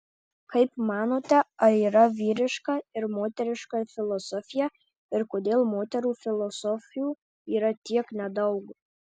kaip manote ar yra vyriška ir moteriška filosofija ir kodėl moterų filosofių yra tiek nedaug